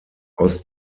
aus